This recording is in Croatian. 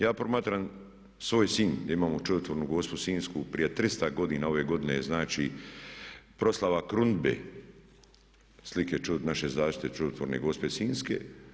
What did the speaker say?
Ja promatram svoj Sinj gdje imamo čudotvornu Gospu sinjsku prije 300. godina, ove godine je znači proslava krunidbe slike naše zaštitnice čudotvorne Gospe sinjske.